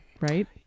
right